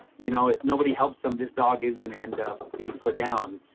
you know, if nobody helps them, this dog is going to end up being put down.